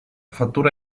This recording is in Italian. fattura